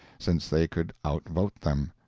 since they could outvote them.